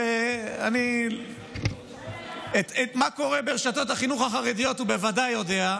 שאת מה שקורה ברשתות החינוך החרדיות הוא בוודאי יודע,